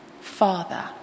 Father